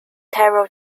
terrell